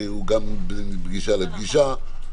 כי הוא גם בין פגישה לפגישה.